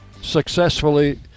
successfully